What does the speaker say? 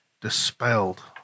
dispelled